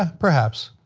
ah perhaps.